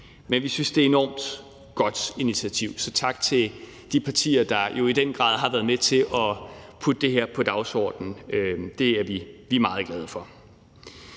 og vi synes, det er et enormt godt initiativ. Så tak til de partier, som i den grad har været med til at putte det på dagsordenen. Det er vi meget glade for.